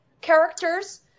characters